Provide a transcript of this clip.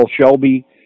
Shelby